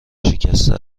شکسته